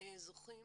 זוכים